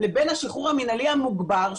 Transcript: לבין השחרור המנהלי המוגבר,